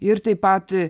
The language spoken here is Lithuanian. ir taip pat